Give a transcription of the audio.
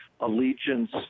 allegiance